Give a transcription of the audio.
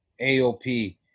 AOP